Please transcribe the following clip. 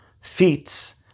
feats